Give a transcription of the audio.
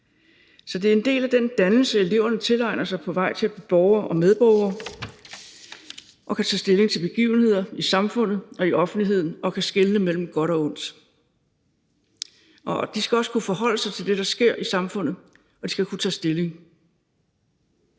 Så det er en del af den dannelse, eleverne tilegner sig på vej til at blive borgere og medborgere, hvor man kan tage stilling til begivenheder i samfundet og i offentligheden og kan skelne mellem godt og ondt. De skal kunne forholde sig til det, der sker i samfundet, og de skal kunne tage stilling.